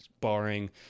barring